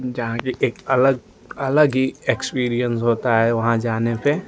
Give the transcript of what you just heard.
जहाँ कि एक अलग एक अलग ही एक्सपीरिएन्स होता है वहाँ जाने पर